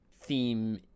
Theme